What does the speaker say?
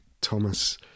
Thomas